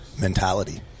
mentality